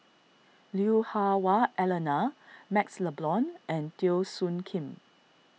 Liu Hah Wah Elena MaxLe Blond and Teo Soon Kim